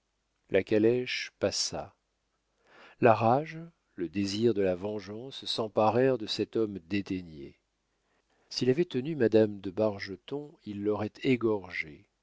la calèche passa la rage le désir de la vengeance s'emparèrent de cet homme dédaigné s'il avait tenu madame de bargeton il l'aurait égorgée